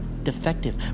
Defective